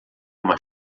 uma